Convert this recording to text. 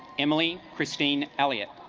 emily christine elliot